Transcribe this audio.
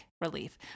relief